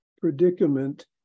predicament